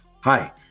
Hi